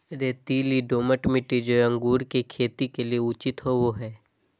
रेतीली, दोमट मिट्टी, जो अंगूर की खेती के लिए उचित होवो हइ